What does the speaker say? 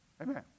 Amen